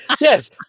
Yes